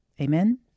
Amen